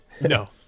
no